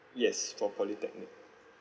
yes for polytechnic